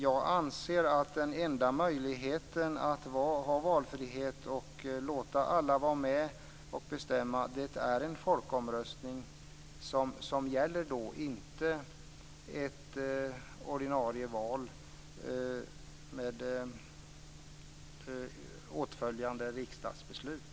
Jag anser att den enda möjligheten att ha valfrihet och låta alla vara med och bestämma är en folkomröstning, inte ett ordinarie val med påföljande riksdagsbeslut.